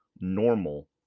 normal